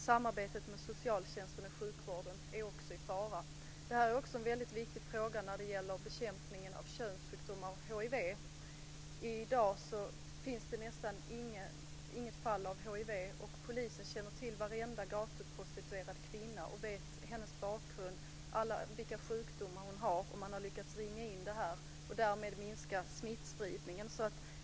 Samarbetet med socialtjänsten och sjukvården är också i fara. Det här är också en viktig fråga när det gäller bekämpningen av könssjukdomar och hiv. I dag finns det nästan inga fall av hiv, och polisen känner till varenda gatuprostituerad kvinna, hennes bakgrund och vilka sjukdomar hon har. Man har lyckats ringa in det och därmed minska smittspridningen.